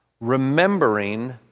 remembering